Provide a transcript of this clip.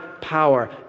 power